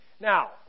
Now